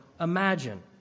imagine